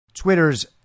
Twitter's